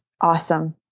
awesome